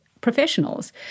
professionals